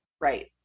Right